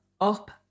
up